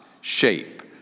shape